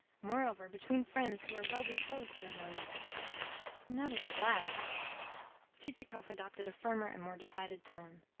moreover, between friends who are well-disposed towards one another nevertheless chichikov adopted a firmer and more decided tone.